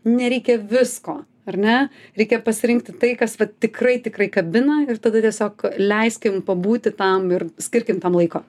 nereikia visko ar ne reikia pasirinkti tai kas tikrai tikrai kabina ir tada tiesiog leiskim pabūti tam ir skirkim tam laiko